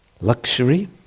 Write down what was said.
luxury